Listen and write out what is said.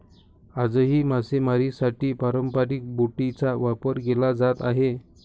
आजही मासेमारीसाठी पारंपरिक बोटींचा वापर केला जात आहे